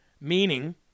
meaning